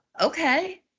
okay